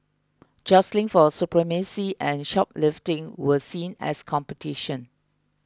jostling for supremacy and shoplifting were seen as competition